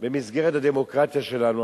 במסגרת הדמוקרטיה שלנו.